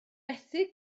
methu